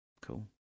cool